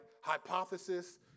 Hypothesis